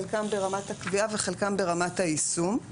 חלקם ברמת הקביעה וחלקם ברמת היישום.